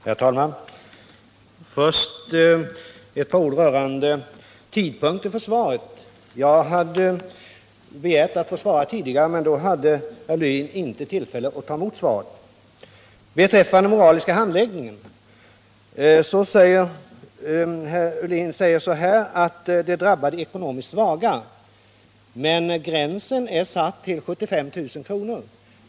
Herr talman! Först ett par ord rörande tidpunkten för svaret. Jag hade begärt att få svara tidigare, men då hade herr Ulander inte tillfälle att ta emot svaret. Beträffande den moraliska handläggningen säger herr Ulander att det drabbar de ekonomiskt svaga. Men gränsen är satt till 75 000 kronor.